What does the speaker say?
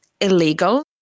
illegal